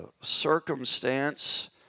circumstance